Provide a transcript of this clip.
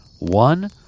one